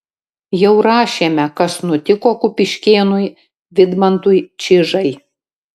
jau rašėme kas nutiko kupiškėnui vidmantui čižai